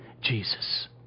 Jesus